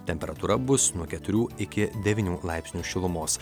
temperatūra bus nuo keturių iki devynių laipsnių šilumos